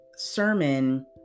sermon